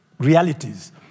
realities